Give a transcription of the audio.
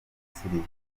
siriya